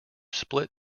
split